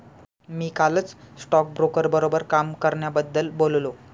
मी कालच स्टॉकब्रोकर बरोबर काम करण्याबद्दल बोललो